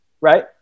right